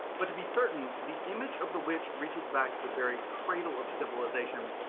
but to be certain, the image of the witch reaches back to the very cradle of civilization,